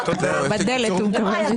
בעייתי.